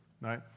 right